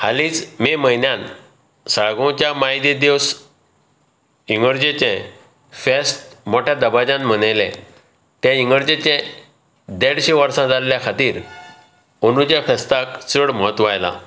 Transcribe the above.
हालींच मे म्हयन्यांत साळगांवच्या माय दे देवस इगर्जेचें फेस्त मोठ्या दबाज्यान मनयले ते इगर्जेचे देडशीं वर्सा जाल्ल्या खातीर अंदुच्या फेस्ताक चड महत्व आयलां